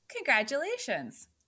Congratulations